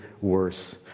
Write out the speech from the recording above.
worse